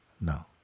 No